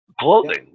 clothing